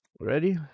Ready